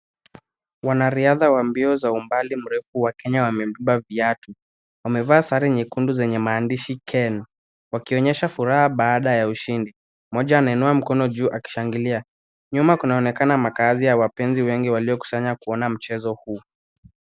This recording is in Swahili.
Wanariadha wa mbio za umbali mrefu wa Kenya wamebeba viatu. Wamevaa sare nyekundu zenye maandishi Ken wakionyesha furaha baada ya ushindi. Moja anainua mkono juu akishangilia, nyuma kunaonekana makazi ya wapenzi wengi waliokusanya kuona mchezo huu.